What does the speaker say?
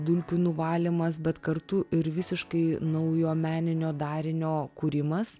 dulkių nuvalymas bet kartu ir visiškai naujo meninio darinio kūrimas